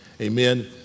Amen